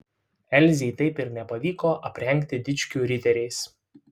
elzei taip ir nepavyko aprengti dičkių riteriais